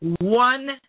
one-